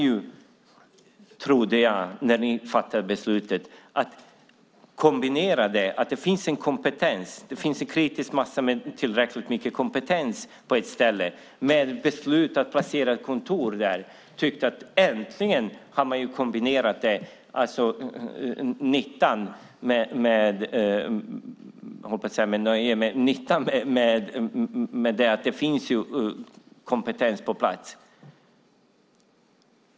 När ni fattade beslutet trodde jag att man skulle kombinera att det finns en kritisk massa med tillräckligt mycket kompetens med ett beslut att placera ett kontor där. Man skulle äntligen kombinera nytta med att det finns kompetens på plats.